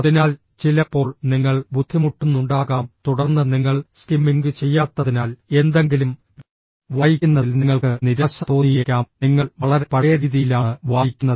അതിനാൽ ചിലപ്പോൾ നിങ്ങൾ ബുദ്ധിമുട്ടുന്നുണ്ടാകാം തുടർന്ന് നിങ്ങൾ സ്കിമ്മിംഗ് ചെയ്യാത്തതിനാൽ എന്തെങ്കിലും വായിക്കുന്നതിൽ നിങ്ങൾക്ക് നിരാശ തോന്നിയേക്കാം നിങ്ങൾ വളരെ പഴയ രീതിയിലാണ് വായിക്കുന്നത്